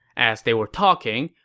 as they were talking,